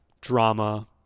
drama